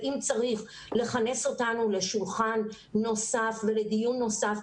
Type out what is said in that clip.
ואם צריך לכנס אותנו לשולחן נוסף ולדיון נוסף,